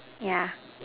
yeah